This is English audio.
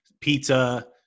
pizza